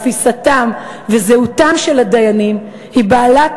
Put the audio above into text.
תפיסתם וזהותם של הדיינים הן בעלות